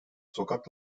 sokak